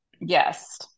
Yes